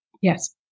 Yes